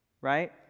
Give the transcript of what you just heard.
Right